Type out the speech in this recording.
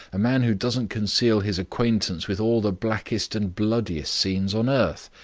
a man who doesn't conceal his acquaintance with all the blackest and bloodiest scenes on earth.